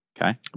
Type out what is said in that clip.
Okay